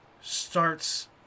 starts